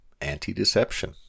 anti-deception